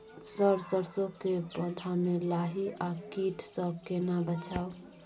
Sir सरसो के पौधा में लाही आ कीट स केना बचाऊ?